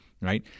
Right